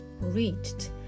reached